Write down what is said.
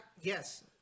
Yes